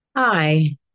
Hi